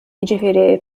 jiġifieri